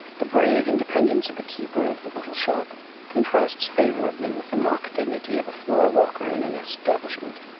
the brave independence of the keeper of the little shop contrasts favorably with the mock dignity of a floor walker in an establishment.